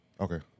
okay